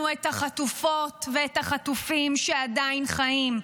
את החטופות ואת החטופים שעדיין חיים,